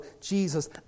Jesus